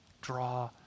Draw